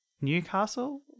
Newcastle